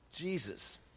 Jesus